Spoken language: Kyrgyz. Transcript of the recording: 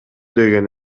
деген